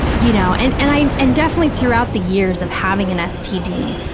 you know, and and i, and definitely throughout the years of having an std,